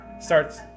starts